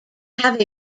have